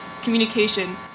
communication